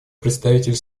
представитель